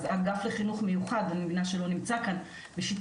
אגף לחינוך מיוחד - אני מבינה שלא נמצא כאן - בשיתוף